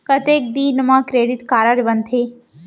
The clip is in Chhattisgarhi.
कतेक दिन मा क्रेडिट कारड बनते?